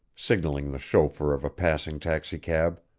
signaling the chauffeur of a passing taxicab.